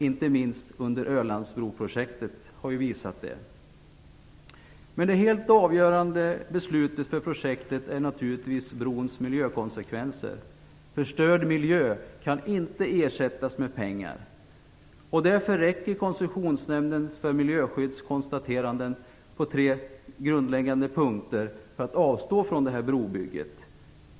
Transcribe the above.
Inte minst Ölandsbroprojektet har ju visat det. Helt avgörande för beslutet om projektet är naturligtvis brons miljökonsekvenser. Förstörd miljö kan inte ersättas med pengar. Därför räcker konstaterandena från Koncessionsnämnden för miljöskydd på tre grundläggande punkter för att avstå från det här brobygget.